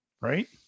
right